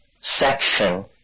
section